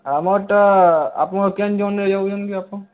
ଆମର୍ ଟା ଆପଣ କେନ୍ ଜୋନ୍ରେ ଯାଉଛନ୍ କି ଆପଣ